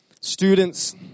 students